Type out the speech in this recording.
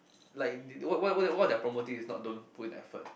like they what what what what they are promoting is not don't put in effort